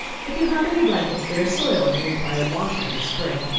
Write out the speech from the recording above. if you have any blankets that are soiled and require washing in the spring,